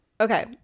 Okay